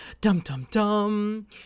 dum-dum-dum